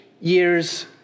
years